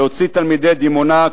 להוציא תלמידי דימונה,